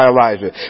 Elijah